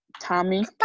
Tommy